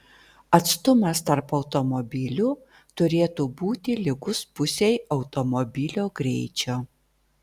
atstumas tarp automobilių turėtų būti lygus pusei automobilio greičio